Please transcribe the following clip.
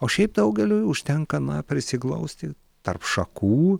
o šiaip daugeliui užtenka na prisiglausti tarp šakų